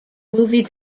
movie